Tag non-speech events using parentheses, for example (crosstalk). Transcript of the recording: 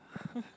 (laughs)